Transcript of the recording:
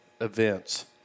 events